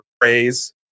phrase